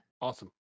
Awesome